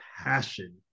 passion